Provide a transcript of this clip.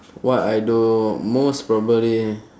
what I do most probably